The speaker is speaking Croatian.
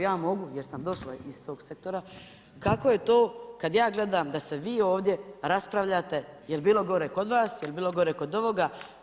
Ja mogu, jer sam došla iz tog sektora, kako je to kad ja gledam, da se vi ovdje raspravljate, jel bilo gore kod vas, jel bilo gore kod ovoga.